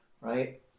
right